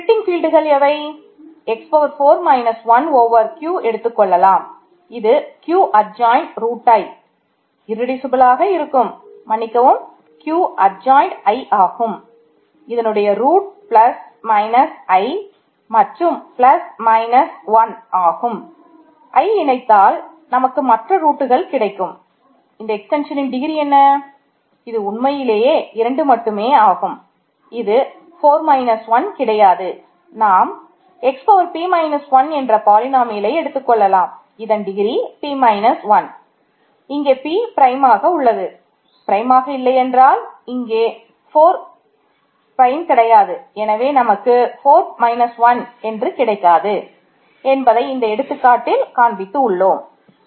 இதன் ஸ்பிலிட்டிங் 1 என்று கிடைக்காது என்பதை இந்த எடுத்துக்காட்டில் காண்பித்து உள்ளோம்